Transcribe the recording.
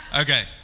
Okay